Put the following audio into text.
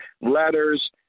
letters